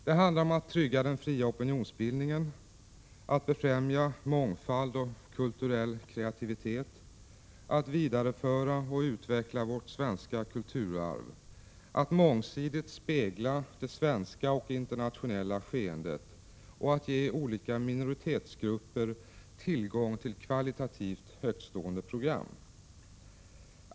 Det handlar om att trygga den fria opinionsbildningen, att befrämja mångfald och kulturell kreativitet, att vidareföra och utveckla vårt svenska kulturarv, att mångsidigt spegla det svenska och det internationella skeendet och att ge olika minoritetsgrupper tillgång till kvalitativt högtstående program.